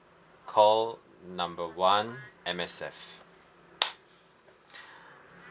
call number one M_S_F